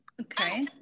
Okay